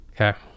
Okay